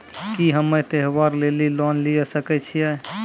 की हम्मय त्योहार लेली लोन लिये सकय छियै?